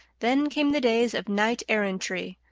then came the days of knight-errantry,